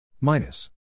minus